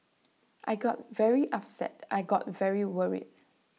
I got very upset I got very worried